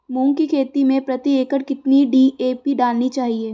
मूंग की खेती में प्रति एकड़ कितनी डी.ए.पी डालनी चाहिए?